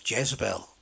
Jezebel